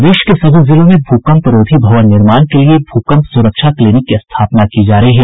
प्रदेश के सभी जिलों में भूकंपरोधी भवन निर्माण के लिए भूकंप सुरक्षा क्लिनिक की स्थापना की जा रही है